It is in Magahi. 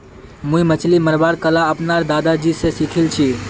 मुई मछली मरवार कला अपनार दादाजी स सीखिल छिले